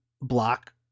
block